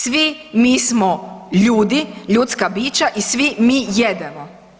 Svi mi smo ljudi, ljudska bića i svi mi jedemo.